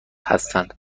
هستند